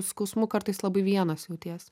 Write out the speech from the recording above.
skausmu kartais labai vienas jauties